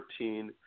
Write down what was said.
14